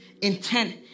intent